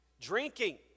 Drinking